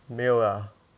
没有啦